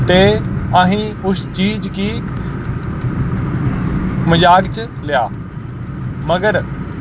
ते असीं उस चीज गी मजाक च लेआ मगर